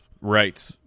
Right